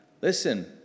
Listen